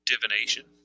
Divination